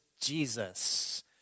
Jesus